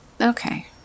Okay